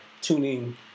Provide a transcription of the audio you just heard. tuning